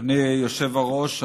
אדוני היושב-ראש,